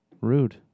Rude